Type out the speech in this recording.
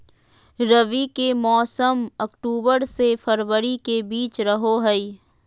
रबी के मौसम अक्टूबर से फरवरी के बीच रहो हइ